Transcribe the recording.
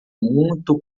muito